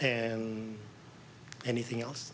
and anything else